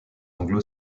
anglo